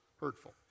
hurtful